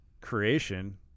creation